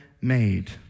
made